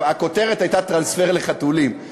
הכותרת הייתה "טרנספר לחתולים",